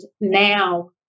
now